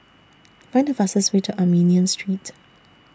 Find The fastest Way to Armenian Street